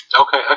Okay